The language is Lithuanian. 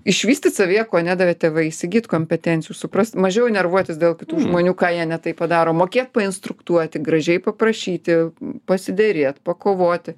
išvystyt savyje ko nedavė tėvai įsigyt kompetencijų suprast mažiau nervuotis dėl kitų žmonių ką jie ne taip padaro mokėt painstruktuoti gražiai paprašyti pasiderėt pakovoti